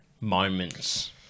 moments